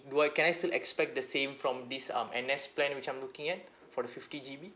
do I can I still expect the same from this um N_S plan which I'm looking at for the fifty G_B